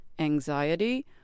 anxiety